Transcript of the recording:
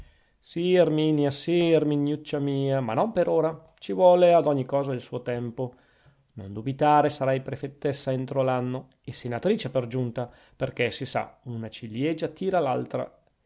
sì erminia sì erminiuccia mia ma non per ora ci vuole ad ogni cosa il suo tempo non dubitare sarai prefettessa entro l'anno e senatrice per giunta perchè si sa una ciliegia tira l'altra